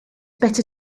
better